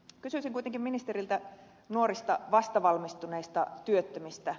kysyisin kuitenkin ministeriltä nuorista vastavalmistuneista työttömistä